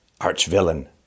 arch-villain